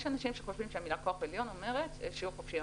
יש אנשים שחושבים שהמילים "כוח עליון" אומרות: יש שיעור חופשי,